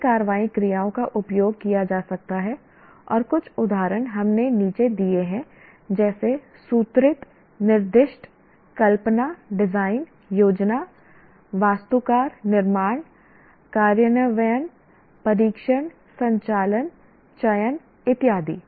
कई कार्रवाई क्रियाओं का उपयोग किया जा सकता है और कुछ उदाहरण हमने नीचे दिए हैं जैसे सूत्रित निर्दिष्ट कल्पना डिजाइन योजना वास्तुकार निर्माण कार्यान्वयन परीक्षण संचालन चयन इत्यादि